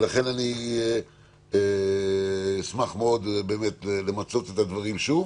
לכן אני אשמח מאוד למצות את הדברים שוב